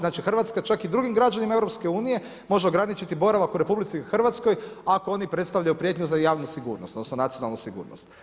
Znači Hrvatska čak i drugim građanima EU može ograničiti boravak u RH ako oni predstavljaju prijetnju za javnu sigurnost, odnosno nacionalnu sigurnost.